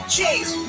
Chase